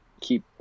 keep